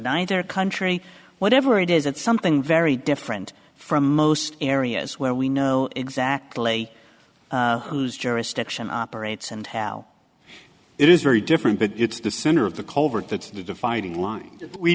neither country whatever it is it's something very different from most areas where we know exactly whose jurisdiction operates and how it is very different but it's the center of the culvert that's the dividing line we